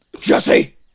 Jesse